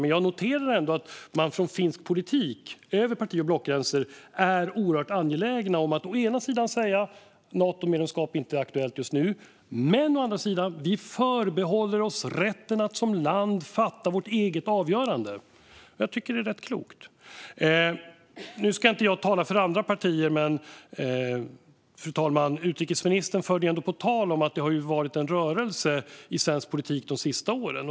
Men jag noterar ändå att man i finsk politik, över parti och blockgränser, är oerhört angelägen om att säga å ena sidan att Natomedlemskap inte är aktuellt just nu men å andra sidan att man förbehåller sig rätten att som land fatta sitt eget avgörande. Jag tycker att det är rätt klokt. Jag ska inte tala för andra partier, men, fru talman, utrikesministern förde på tal att det har skett en rörelse i svensk politik de senaste åren.